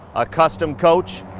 a custom coach,